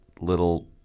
little